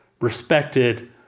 respected